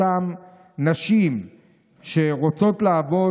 אותן נשים שרוצות לעבוד,